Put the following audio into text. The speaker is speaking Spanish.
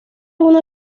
una